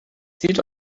zieht